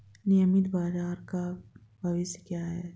नियमित बाजार का भविष्य क्या है?